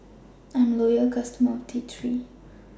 I'm A Loyal customer of T three